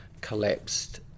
collapsed